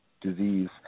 disease